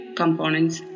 components